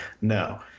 No